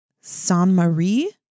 Saint-Marie